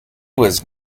was